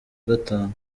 gatanu